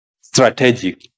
strategic